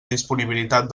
disponibilitat